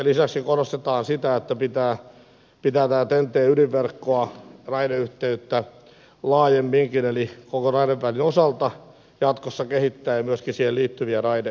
lisäksi korostetaan sitä että pitää tätä ten t ydinverkkoa raideyhteyttä laajemminkin eli koko raidevälin osalta ja myöskin siihen liittyviä raideyhteyksiä jatkossa kehittää